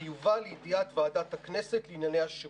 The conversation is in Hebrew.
ויובא לידיעת ועדת הכנסת לענייני השירות.